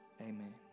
Amen